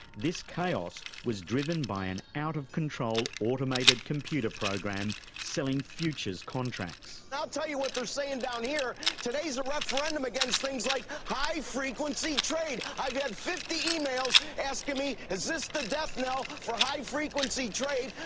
this chaos was driven by an out-of-control automated computer program selling futures contracts. i'll tell you what they're saying down here today's a referendum against things like high-frequency and trade. i've had fifty emails asking me, is this the death knell for high-frequency trade?